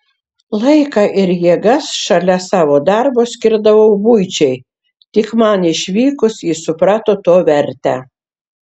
laiką ir jėgas šalia savo darbo skirdavau buičiai tik man išvykus jis suprato to vertę